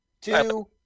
two